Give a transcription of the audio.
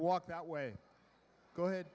walk that way go ahead